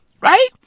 Right